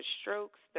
strokes